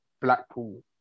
Blackpool